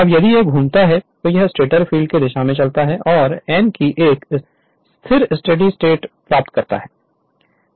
अब यदि यह घूमता है तो यह स्टेटर फ़ील्ड की दिशा में चलता है और n की एक स्थिर स्टेडी स्टेट प्राप्त करता है